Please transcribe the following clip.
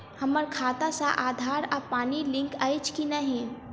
हम्मर खाता सऽ आधार आ पानि लिंक अछि की नहि?